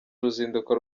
uruzinduko